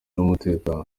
y’umutekano